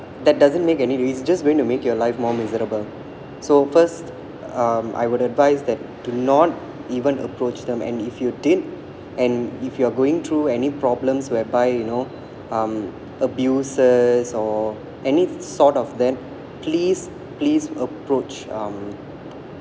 that doesn't make any rea~ just going to make your life more miserable so first um I would advise that to not even approached them and if you did and if you are going through any problems whereby you know um abuses or any sort of them please please approach um